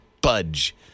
budge